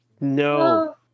No